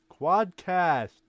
Quadcast